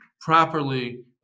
properly